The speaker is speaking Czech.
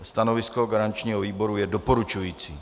Stanovisko garančního výboru je doporučující.